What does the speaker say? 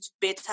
better